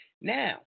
Now